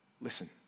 listen